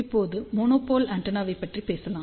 இப்போது மோனோபோல் ஆண்டெனாவைப் பற்றி பேசலாம்